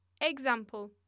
Example